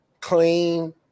Clean